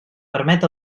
permet